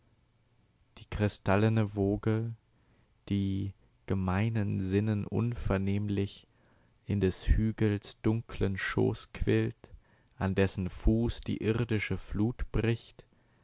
die kristallene woge die gemeinen sinnen unvernehmlich in des hügels dunklen schoß quillt an dessen fuß die irdische flut bricht